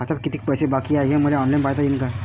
खात्यात कितीक पैसे बाकी हाय हे मले ऑनलाईन पायता येईन का?